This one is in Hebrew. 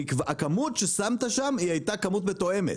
הכמות ששמת שם היא הייתה כמות מתואמת,